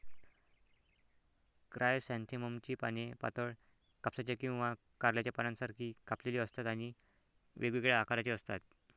क्रायसॅन्थेममची पाने पातळ, कापसाच्या किंवा कारल्याच्या पानांसारखी कापलेली असतात आणि वेगवेगळ्या आकाराची असतात